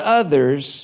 others